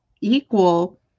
equal